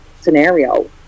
scenario